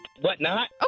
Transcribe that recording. whatnot